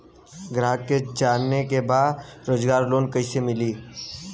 ग्राहक के जाने के बा रोजगार लोन कईसे मिली?